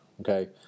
Okay